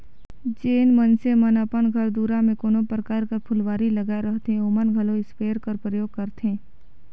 जेन मइनसे मन अपन घर दुरा में कोनो परकार कर फुलवारी लगाए रहथें ओमन घलो इस्पेयर कर परयोग करथे